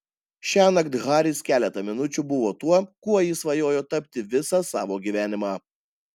šiąnakt haris keletą minučių buvo tuo kuo jis svajojo tapti visą savo gyvenimą